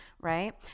right